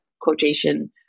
quotation-